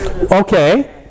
okay